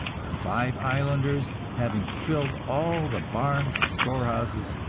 the five islanders, having filled all the barns and storehouses,